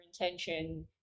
intention